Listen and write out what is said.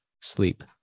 sleep